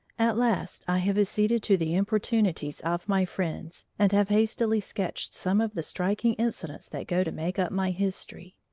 at last i have acceded to the importunities of my friends, and have hastily sketched some of the striking incidents that go to make up my history.